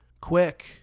quick